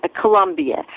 Colombia